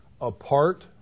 apart